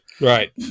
right